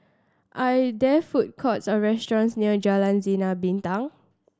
are there food courts or restaurants near Jalan Sinar Bintang